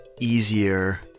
easier